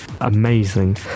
amazing